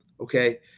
Okay